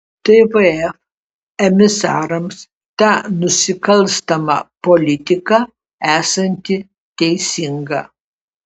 tvf emisarams ta nusikalstama politika esanti teisinga